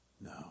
No